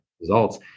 results